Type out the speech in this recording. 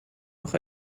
nog